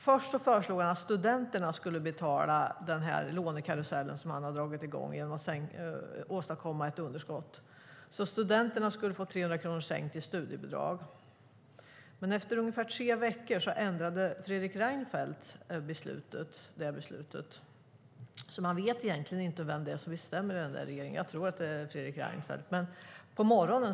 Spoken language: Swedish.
Först föreslog han att studenterna skulle betala lånekarusellen, som han dragit i gång genom att åstadkomma ett underskott, genom att få studiebidraget sänkt med 300 kronor. Men efter ungefär tre veckor ändrade Fredrik Reinfeldt beslutet, så man vet egentligen inte vem det är som bestämmer i regeringen; jag tror att det är Fredrik Reinfeldt.